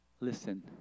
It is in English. listen